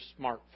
smartphone